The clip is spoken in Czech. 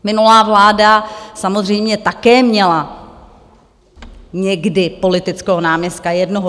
Minulá vláda samozřejmě také měla někdy politického náměstka, jednoho.